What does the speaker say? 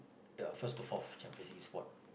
the uh first to fourth Champions League spot